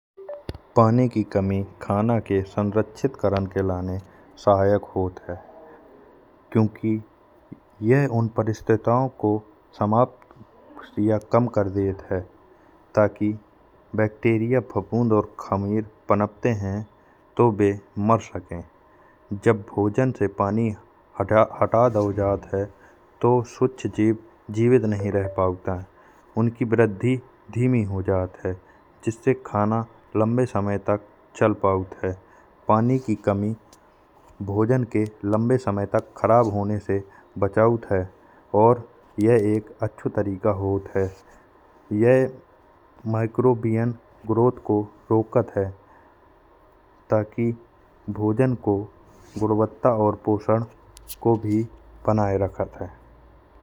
पानी की कमी खाना के संरक्षित करण के लिए सहायक होत है। क्योंकि यह उन परिस्थितियों को समाप्त और कम कर देत है। ताकि बैक्टीरिया फफूंद और खमीर पनपते हैं। तो वे मर सके जब जब भोजन से पानी हटा दाओ जात है। तो सूक्ष्म जीव जीवित नहीं रह पात आए। उनकी वृद्धि धीमी हो जात है जिससे खाना लंबे समय तक चल पात है। पानी की कमी भोजन के लंबे समय तक खराब होने से बचौत है। और यह एक अच्छा तरीका होत है। यह माइक्रोबियन ग्रोथ को रोकत है। ताकि भोजन को गुणवत्ता और पोषद को भी बनाये रखत है।